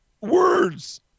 words